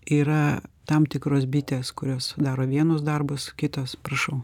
yra tam tikros bitės kurios daro vienus darbus kitos prašau